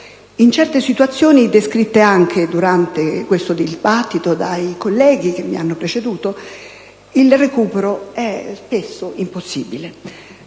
In certe situazioni, descritte anche durante questo dibattito dai colleghi che mi hanno preceduto, il recupero è spesso impossibile.